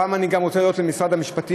הפעם אני רוצה להודות גם למשרד המשפטים,